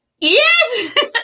yes